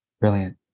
Brilliant